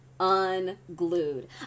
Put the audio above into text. unglued